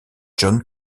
john